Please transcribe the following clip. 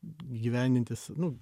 gyvendintis nu